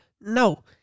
no